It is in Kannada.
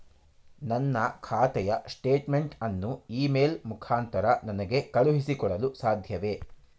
ನನ್ನ ಖಾತೆಯ ಸ್ಟೇಟ್ಮೆಂಟ್ ಅನ್ನು ಇ ಮೇಲ್ ಮುಖಾಂತರ ನನಗೆ ಕಳುಹಿಸಿ ಕೊಡಲು ಸಾಧ್ಯವೇ?